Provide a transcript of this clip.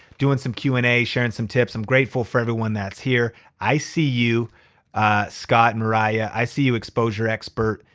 doing some q and a sharing some tips. i'm grateful for everyone that's here. i see you scott mariah. i see you exposure expert.